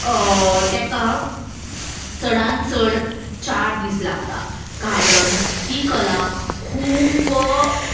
ताका चडान चड चार दीस लागता कारण ती कला खूप